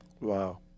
Wow